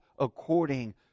According